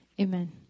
Amen